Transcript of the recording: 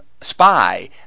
spy